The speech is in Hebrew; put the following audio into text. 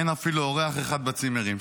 אין אפילו אורח אחד בצימרים.